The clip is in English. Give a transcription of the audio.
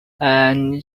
and